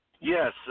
Yes